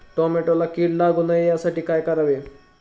टोमॅटोला कीड लागू नये यासाठी काय करावे?